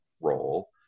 role